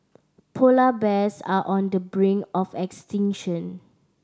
polar bears are on the brink of extinction